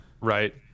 right